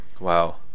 Wow